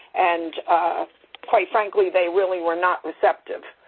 and quite frankly, they really were not receptive